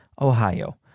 Ohio